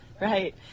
Right